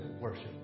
worship